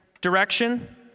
direction